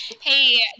hey